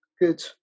good